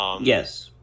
Yes